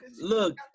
Look